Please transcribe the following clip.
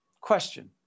Question